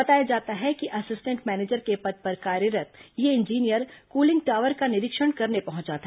बताया जाता है कि असिस्टेंट भैनेजर के पद पर कार्यरत् यह इंजीनियर कूलिंग टॉवर का निरीक्षण करने पहुंचा था